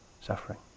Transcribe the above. suffering